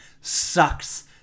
sucks